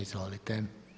Izvolite.